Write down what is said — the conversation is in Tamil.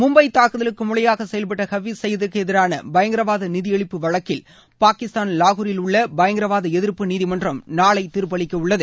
மும்பை தாக்குதலுக்கு மூளையாக செயல்பட்ட ஹஃபீஸ் சயீது க்கு எதிரான பயங்கரவாத நிதி அளிப்பு வழக்கில் பாகிஸ்தான் வாகூரில் உள்ள பயங்கரவாத எதிர்ப்பு நீதிமன்றம் நாளை தீர்ப்பளிக்க உள்ளது